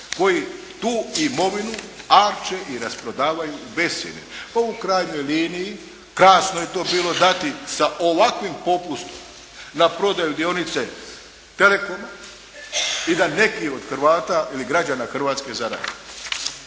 koji tu imovinu akeć i rasprodavaju u bescjenje. Pa u krajnjoj liniji kasno je to bilo dati sa ovakvim popustom na prodaju dionice Telekoma i da neki od Hrvata ili građana Hrvatske zarade.